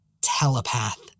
telepath